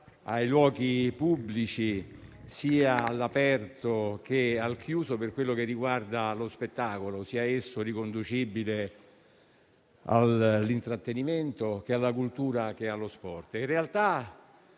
ai luoghi pubblici sia all'aperto, sia al chiuso, per quello che riguarda lo spettacolo, sia esso riconducibile all'intrattenimento, alla cultura o allo sport.